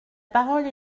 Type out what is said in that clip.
parole